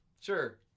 sure